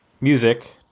music